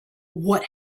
what